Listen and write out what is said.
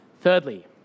Thirdly